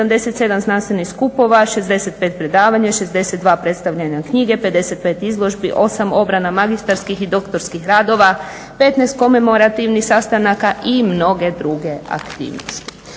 77 znanstvenih skupova, 65 predavanja, 62 predstavljanja knjige, 55 izložbi, 8 obrana magistarskih i doktorski radova, 15 komemorativnih sastanaka i mnoge druge aktivnosti.